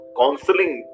counseling